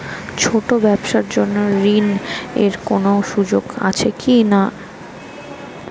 ছোট ব্যবসার জন্য ঋণ এর কোন সুযোগ আছে কি না?